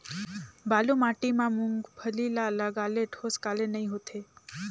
बालू माटी मा मुंगफली ला लगाले ठोस काले नइ होथे?